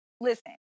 listen